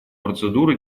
процедуры